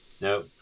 No